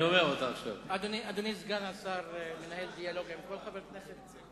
אדוני סגן השר מנהל דיאלוג עם כל חבר כנסת?